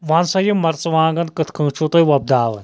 ون سا یہِ مَرژٕوانٛگن کِتھ کٔہ چھُو تُہۍ وۄپداوان